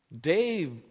Dave